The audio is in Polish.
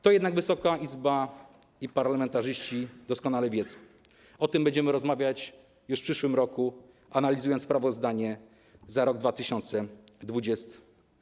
To jednak Wysoka Izba i parlamentarzyści doskonale wiedzą, o tym będziemy rozmawiać już w przyszłym roku, analizując sprawozdanie za rok 2020.